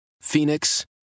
Phoenix